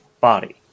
body